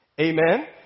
Amen